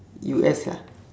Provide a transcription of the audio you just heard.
U_S lah